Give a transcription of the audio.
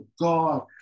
God